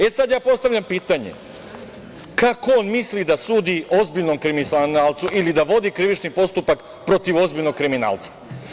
E sad, ja postavljam pitanje – kako on misli da sudi ozbiljnom kriminalcu ili da vodi krivični postupak protiv ozbiljnog kriminalca?